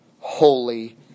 holy